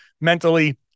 mentally